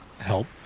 help